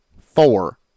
four